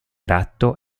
ratto